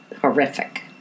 horrific